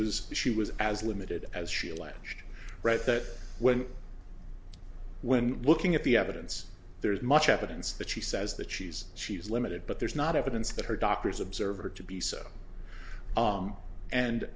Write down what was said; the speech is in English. was she was as limited as she alleged right that when when looking at the evidence there's much evidence that she says that she's she's limited but there's not evidence that her doctors observer to be so